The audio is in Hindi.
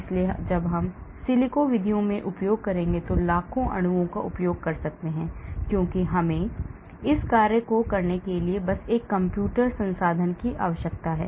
इसलिए जब हम सिलिको विधियों में उपयोग करेंगे तो लाखों अणुओं का उपयोग कर सकते हैं क्योंकि हमें इस काम को करने के लिए बस एक कम्प्यूटेशनल संसाधन की आवश्यकता है